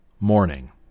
Morning